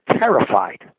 terrified